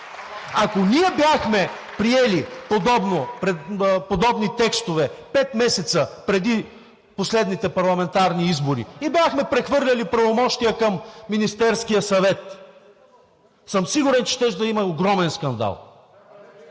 Ако ние бяхме приели подобни текстове пет месеца преди последните парламентарни избори и бяхме прехвърлили правомощия към Министерския съвет, съм сигурен, че щеше да има огромен скандал.